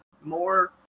more